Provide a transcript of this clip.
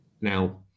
now